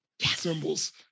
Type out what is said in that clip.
symbols